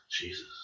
Jesus